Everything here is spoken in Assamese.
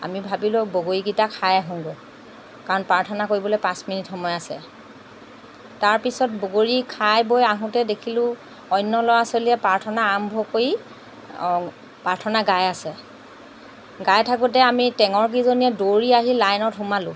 আমি ভাবিলোঁ বগৰীকেইটা খাই আহোঁগৈ কাৰণ প্ৰাৰ্থনা কৰিবলৈ পাঁচ মিনিট সময় আছে তাৰপিছত বগৰী খাই বৈ আহোঁতে দেখিলোঁ অন্য ল'ৰা ছোৱালীয়ে প্ৰাৰ্থনা আৰম্ভ কৰি প্ৰাৰ্থনা গাই আছে গাই থাকোঁতে আমি টেঙৰ কেইজনীয়ে দৌৰি আহি লাইনত সোমালোঁ